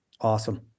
Awesome